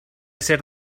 ser